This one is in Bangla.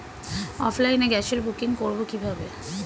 অফলাইনে গ্যাসের বুকিং করব কিভাবে?